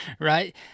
Right